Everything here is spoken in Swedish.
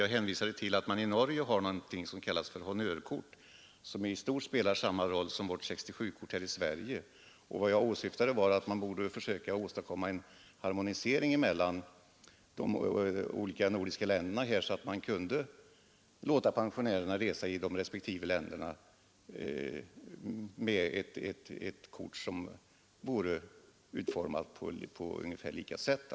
Jag hänvisade till att i Norge finns någonting som kallas för Honnör-kort, som i stort spelar samma roll som vårt 67-kort, och vad jag åsyftade var att man borde försöka åstadkomma en harmonisering mellan de olika nordiska länderna härvidlag, så att man kunde låta pensionärerna resa i respektive länder med kort som vore utformade på ungefär samma sätt.